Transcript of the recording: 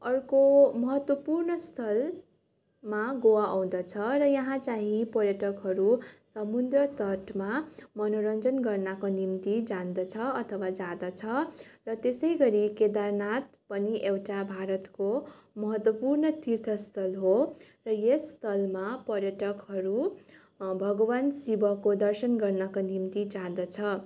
अर्को महत्वपूर्ण स्थलमा गोवा आउँदछ र यहाँ चाहिँ पर्यटकहरू समुद्र तटमा मनोरञ्जन गर्नको निम्ति जान्दछन् अथवा जाँदछन् र त्यसै गरी केदारनाथ पनि एउटा भारतको महत्त्वपूर्ण तीर्थस्थल हो र यस स्थलमा पर्यटकहरू भगवान शिवको दर्शन गर्नको निम्ति जाँदछन्